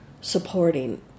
supporting